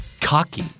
Cocky